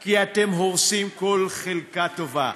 כי אתם הורסים כל חלקה טובה.